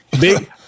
Big